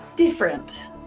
different